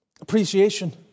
Appreciation